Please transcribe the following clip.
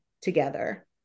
together